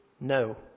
No